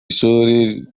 ishuri